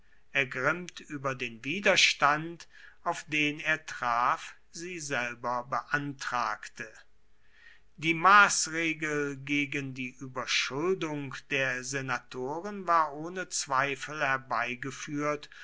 ergrimmt über den widerstand auf den er traf sie selber beantragte die maßregel gegen die überschuldung der senatoren war ohne zweifel herbeigeführt